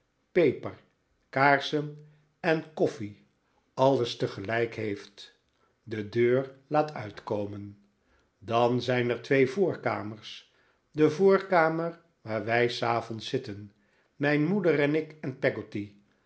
peper kaarsen en koffie alles tegelijk heeft de deur laat uitkomen dan zijn er twee voorkamers de voorkamer waar wij s avonds zitten mijn moeder en ik en